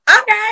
okay